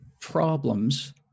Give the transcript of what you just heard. problems